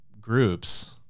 groups